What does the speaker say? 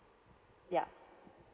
yup